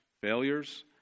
failures